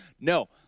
no